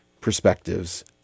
perspectives